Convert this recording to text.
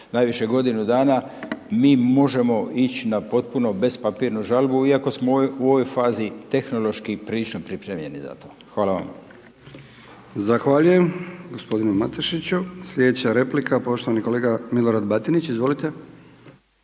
najviše godinu dana mi možemo ići na potpunu bez papirnu žalbu iako smo u ovoj fazi tehnološki prilično pripremljeni za to. Hvala vam. **Brkić, Milijan (HDZ)** Zahvaljujem gospodinu Matešiću. Sljedeća replika poštovani kolega Milorad Batinić, izvolite.